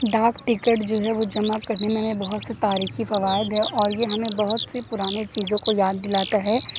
ڈاک ٹکٹ جو ہے وہ جمع کرنے میں ہمیں بہت سے تاریخی فوائد ہے اور یہ ہمیں بہت سی پرانی چیزوں کو یاد دلاتا ہے